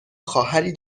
خواهری